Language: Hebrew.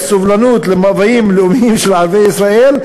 סובלנות למאוויים הלאומיים של ערביי ישראל,